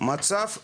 מצב אופוריה.